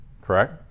correct